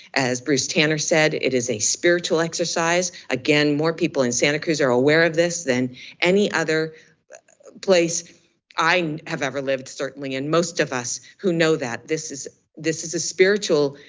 as bruce tanner said, it is a spiritual exercise. again, more people in santa cruz are aware of this than any other place i have ever lived certainly, and most of us who know that, this is this is a spiritual,